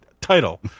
title